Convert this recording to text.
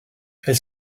elle